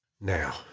Now